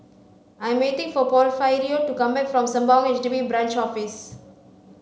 I am waiting for Porfirio to come back from Sembawang H D B Branch Office